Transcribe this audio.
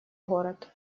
город